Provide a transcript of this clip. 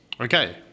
Okay